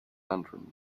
lantern